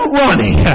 running